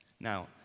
Now